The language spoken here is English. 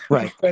Right